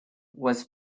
was